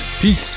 Peace